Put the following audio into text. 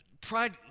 Pride